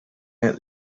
out